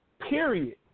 period